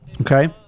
okay